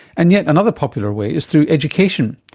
and yet another popular way is through education.